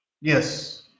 yes